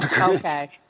Okay